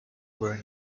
were